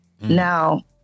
Now